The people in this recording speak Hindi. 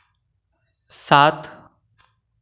सात